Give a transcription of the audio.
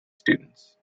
students